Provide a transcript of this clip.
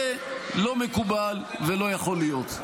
זה לא מקובל ולא יכול להיות.